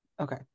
Okay